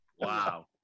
Wow